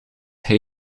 hij